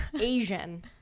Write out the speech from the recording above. Asian